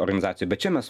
organizacijų bet čia mes